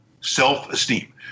self-esteem